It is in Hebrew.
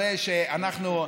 את מרגי.